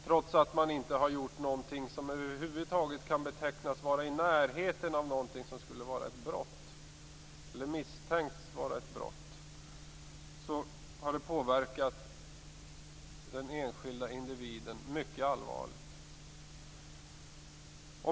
Trots att man inte har gjort någonting som över huvud taget kan anses vara i närheten av något som skulle vara ett brott eller misstänkts vara ett brott har man som enskild individ påverkats mycket allvarligt.